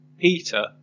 Peter